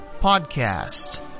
podcast